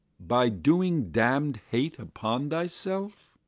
by doing damned hate upon thyself?